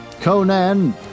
Conan